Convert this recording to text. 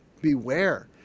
Beware